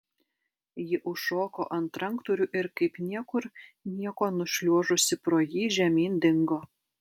ji užšoko ant ranktūrių ir kaip niekur nieko nušliuožusi pro jį žemyn dingo